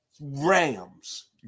Rams